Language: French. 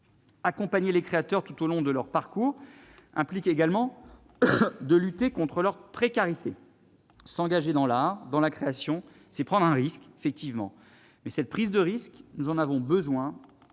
Accompagner les créateurs tout au long de leur parcours implique également de lutter contre leur précarité. S'engager dans l'art, dans la création, c'est effectivement prendre un risque : mais, cette prise de risque, nous en avons besoin,